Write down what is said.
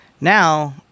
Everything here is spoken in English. Now